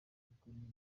ubutinganyi